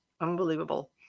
unbelievable